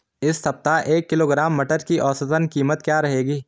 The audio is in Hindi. इस सप्ताह एक किलोग्राम मटर की औसतन कीमत क्या रहेगी?